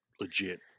legit